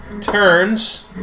turns